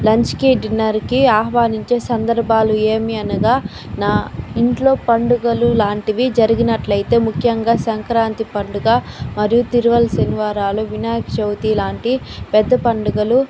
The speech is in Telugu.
లంచ్కి డిన్నర్కి ఆహ్వానించే సందర్భాలు ఏమి అనగా నా ఇంట్లో పండుగలు లాంటివి జరిగినట్లు అయితే ముఖ్యంగా సంక్రాంతి పండగ మరియు తిరువల శనివారాలు వినాయక చవితి లాంటి పెద్ద పండుగలు